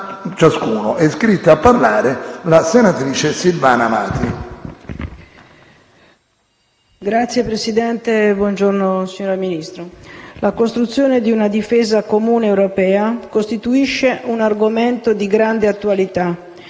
la costruzione di una difesa comune europea costituisce un argomento di grande attualità,